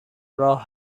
راه